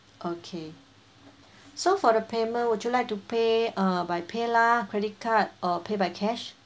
okay so for the payment would you like to pay uh by PayLah credit card or pay by cash